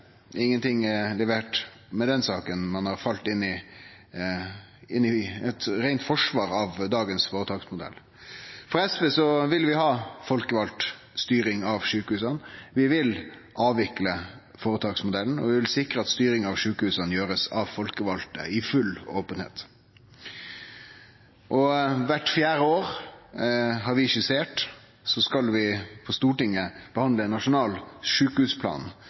Ingenting er levert. Ein har falle inn i eit reint forsvar av dagens føretaksmodell. SV vil ha ei folkevald styring av sjukehusa. Vi vil avvikle føretaksmodellen, og vi vil sikre at styringa av sjukehusa blir gjord av folkevalde i full openheit. Kvart fjerde år, har vi skissert, skal vi på Stortinget behandle ein nasjonal sjukehusplan,